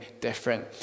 different